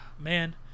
man